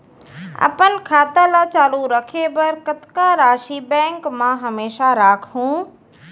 अपन खाता ल चालू रखे बर कतका राशि बैंक म हमेशा राखहूँ?